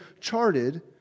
charted